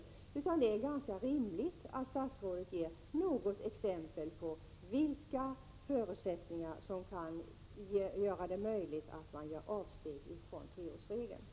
Det är därför ganska rimligt att statsrådet ger exempel på vilka förutsättningar som skall gälla för att det skall bli möjligt att göra avsteg från treårsregeln.